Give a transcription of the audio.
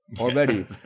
already